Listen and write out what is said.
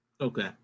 Okay